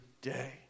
day